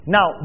Now